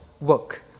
work